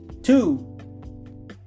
Two